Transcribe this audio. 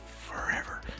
forever